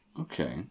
Okay